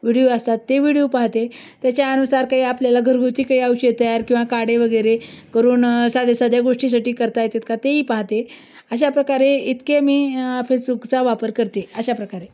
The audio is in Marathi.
व्हिडिओ असतात ते व्हिडिओ पाहते त्याच्यानुसार काही आपल्याला घरगुती काही औषध तयार किंवा काढे वगैरे करून साध्या साध्या गोष्टीसाठी करता येतात का तेही पाहते अशा प्रकारे इतके मी आ पेचुकचा वापर करते अशा प्रकारे